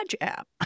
app